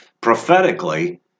prophetically